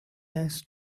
asked